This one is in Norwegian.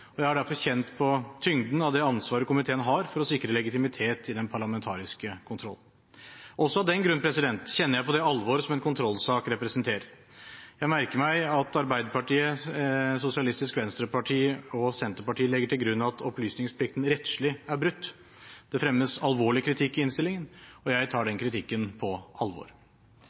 Jeg har derfor kjent på tyngden av det ansvaret komiteen har for å sikre legitimitet i den parlamentariske kontroll. Også av den grunn kjenner jeg på det alvor som en kontrollsak representerer. Jeg merker meg at Arbeiderpartiet, Sosialistisk Venstreparti og Senterpartiet legger til grunn at opplysningsplikten rettslig er brutt. Det fremmes alvorlig kritikk i innstillingen, og jeg tar den